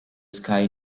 sky